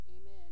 Amen